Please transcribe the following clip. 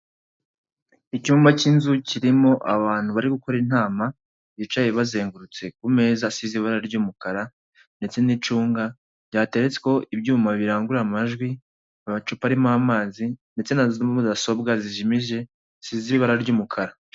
Icyumba cy'inzu kirimo abantu bari gukora inama, bicaye bazengurutse ku meza asize ibara ry'umukara ndetse n'icunga, byateretsweho ibyuma birangurura amajwi, amacupa arimo amazi ndetse na mudasobwa zijimije, zisize ibara ry'umukara.